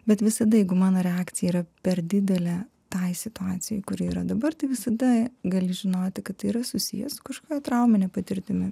bet visada jeigu mano reakcija yra per didelė tai situacijai kuri yra dabar tai visada gali žinoti kad tai yra susijęs kažkokia traumine patirtimi